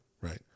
right